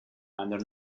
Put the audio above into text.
under